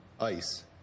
ice